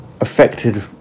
affected